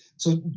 so,